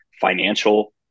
financial